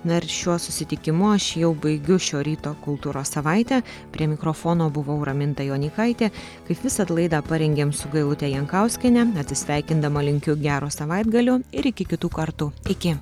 na ir šiuo susitikimu aš jau baigiu šio ryto kultūros savaitę prie mikrofono buvau raminta jonykaitė kaip visad laidą parengėm su gailute jankauskiene atsisveikindama linkiu gero savaitgalio ir iki kitų kartų iki